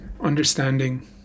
understanding